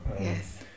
Yes